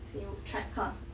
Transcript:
see you Tribecar